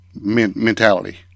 mentality